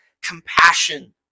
compassion